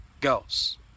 goes